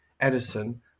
Edison